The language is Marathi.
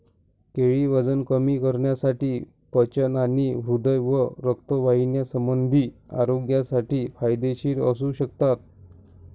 केळी वजन कमी करण्यासाठी, पचन आणि हृदय व रक्तवाहिन्यासंबंधी आरोग्यासाठी फायदेशीर असू शकतात